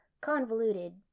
Convoluted